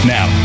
Now